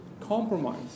compromise